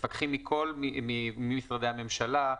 מפקחים ממשרדי הממשלה,